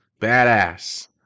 Badass